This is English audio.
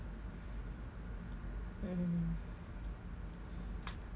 mm